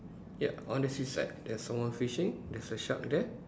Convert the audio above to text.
ya on the seaside there's someone fishing there's a shark there